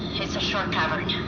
it's a short cavern.